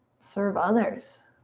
serve others.